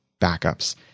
backups